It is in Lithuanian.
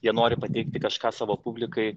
jie nori pateikti kažką savo publikai